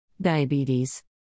Diabetes